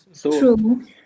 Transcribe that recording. true